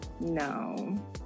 no